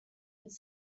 its